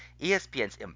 ESPN's